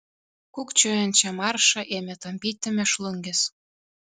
kūkčiojančią maršą ėmė tampyti mėšlungis